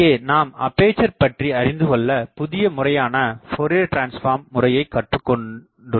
இங்கே நாம் அப்பேசர் பற்றி அறிந்து கொள்ள புதிய முறையான போரியர் டிரன்ஸ்ஃபார்ம் முறையை கற்று கொண்டோம்